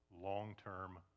long-term